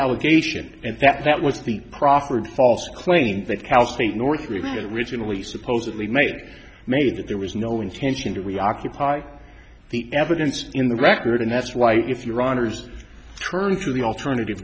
allegation and that was the proffered false claim that cal state northridge originally supposedly made it made that there was no intention to reoccupy the evidence in the record and that's why if your honour's turned to the alternative